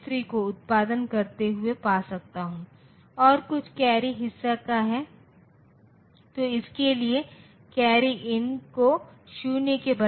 base मान ज्ञात नहीं हैं लेकिन यह कहा जाता है कि संख्याएँ समान हैं तो संख्याओं के मान समान हैं तो फिर बेस मान क्या हो सकता है